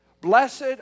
blessed